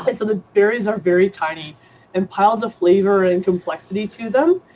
and so the berries are very tiny and piles of flavor and complexity to them.